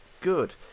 good